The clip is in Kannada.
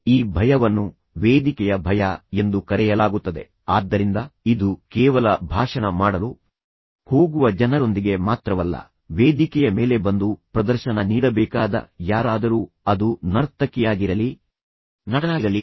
ಈ ಭಯವನ್ನು ವೇದಿಕೆಯ ಭಯ ಎಂದು ಕರೆಯಲಾಗುತ್ತದೆ ಆದ್ದರಿಂದ ಇದು ಕೇವಲ ಭಾಷಣ ಮಾಡಲು ಹೋಗುವ ಜನರೊಂದಿಗೆ ಮಾತ್ರವಲ್ಲ ವೇದಿಕೆಯ ಮೇಲೆ ಬಂದು ಪ್ರದರ್ಶನ ನೀಡಬೇಕಾದ ಯಾರಾದರೂ ಅದು ನರ್ತಕಿಯಾಗಿರಲಿ ನಟನಾಗಿರಲಿ